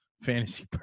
fantasy